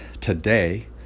today